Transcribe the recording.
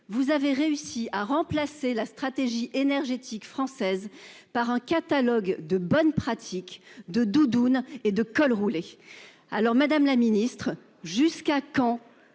Vous avez réussi à remplacer la stratégie énergétique française par un catalogue de bonnes pratiques de doudounes et 2 cols roulés alors Madame la Ministre jusqu'à quand